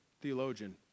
theologian